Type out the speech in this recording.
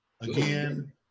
Again